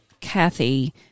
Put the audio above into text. Kathy